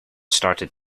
started